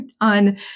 on